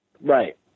Right